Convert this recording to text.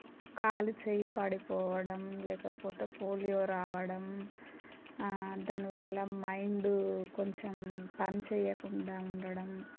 కాలు చెయ్యి పడిపోవడం లేకపోతే పోలియో రావడం దానివల్ల మైండ్ కొంచెం పని చేయకుండా ఉండడం